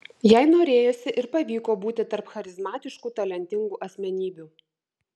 jai norėjosi ir pavyko būti tarp charizmatiškų talentingų asmenybių